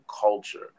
culture